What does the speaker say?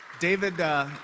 David